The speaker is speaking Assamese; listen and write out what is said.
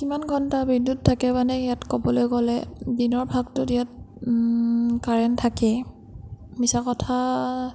কিমান ঘণ্টা বিদ্য়ুত থাকে মানে ইয়াত ক'বলৈ গ'লে দিনৰ ভাগটোত ইয়াত কাৰেণ্ট থাকেই মিছা কথা